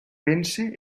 pense